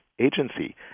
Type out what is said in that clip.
agency